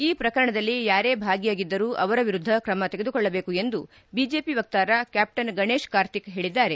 ಈ ಪ್ರಕರಣದಲ್ಲಿ ಯಾರೇ ಭಾಗಿಯಾಗಿದ್ದರೂ ಅವರ ವಿರುದ್ದ ಕ್ರಮ ತೆಗೆದುಕೊಳ್ಳಬೇಕು ಎಂದು ಬಿಜೆಪಿ ವಕ್ತಾರ ಕ್ಯಾಪ್ನನ್ ಗಡೇಶ್ ಕಾರ್ತಿಕ್ ಹೇಳಿದ್ದಾರೆ